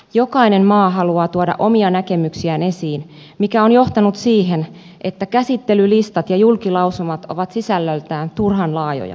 jokainen maa haluaa tuoda omia näkemyksiään esiin mikä on johtanut siihen että käsittelylistat ja julkilausumat ovat sisällöltään turhan laajoja